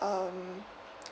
um